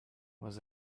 was